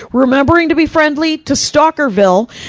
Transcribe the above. remembering to be friendly to stalkerville,